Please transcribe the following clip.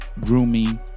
grooming